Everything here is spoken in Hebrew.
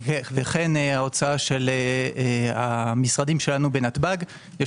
וכן ההוצאה של המשרדים שלנו בנתב"ג יש